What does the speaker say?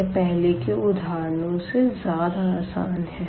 यह पहले के उदाहरणों से ज़्यादा आसान है